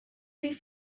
wie